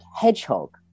Hedgehog